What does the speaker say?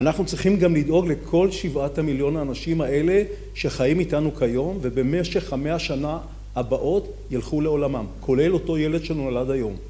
אנחנו צריכים גם לדאוג לכל שבעת המיליון האנשים האלה שחיים איתנו כיום ובמשך המאה השנה הבאות ילכו לעולמם, כולל אותו ילד שנולד היום.